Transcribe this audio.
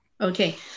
Okay